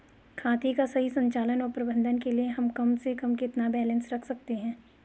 खाते का सही संचालन व प्रबंधन के लिए हम कम से कम कितना बैलेंस रख सकते हैं?